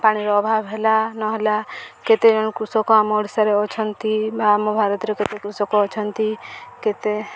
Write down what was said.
ପାଣିର ଅଭାବ ହେଲା ନହେଲା କେତେ କୃଷକ ଆମ ଓଡ଼ିଶାରେ ଅଛନ୍ତି ବା ଆମ ଭାରତରେ କେତେ କୃଷକ ଅଛନ୍ତି କେତେ